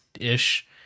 ish